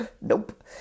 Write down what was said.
Nope